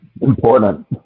Important